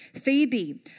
Phoebe